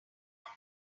want